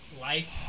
life